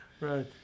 Right